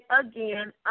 again